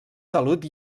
salut